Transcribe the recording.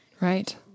Right